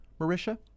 Marisha